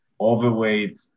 overweight